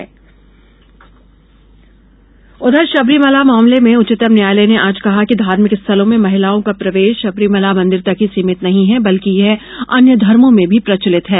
supreme court Sabarimala उधर शबरीमला मामले में उच्चतम न्यायालय ने आज कहा कि धार्मिक स्थलों में महिलाओं का प्रवेश सबरीमाला मंदिर तक ही सीमित नहीं है बल्कि यह अन्य धर्मों में भी प्रचलित है